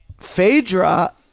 Phaedra